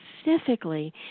specifically